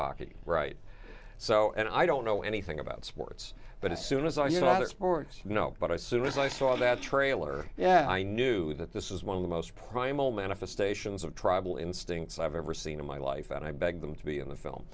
hockey right so and i don't know anything about sports but as soon as i saw the sports you know but i soon as i saw that trailer yeah i knew that this is one of the most primal manifestations of tribal instincts i've ever seen in my life and i begged them to be in the film